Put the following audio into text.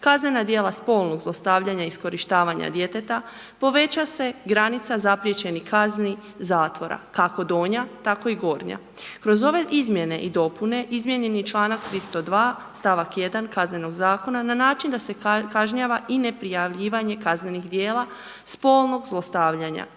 kaznena djela spolnog zlostavljanja i iskorištavanja djeteta poveća se granica zapriječenih kazni zatvora, kako donja, tako i gornja. Kroz ove izmjene i dopune izmijenjen je i članak 302. stavak 1. Kaznenog zakona na način da se kažnjava i neprijavljivanje kaznenih dijela spolnog zlostavljanja